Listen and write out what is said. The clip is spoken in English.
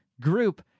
group